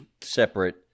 separate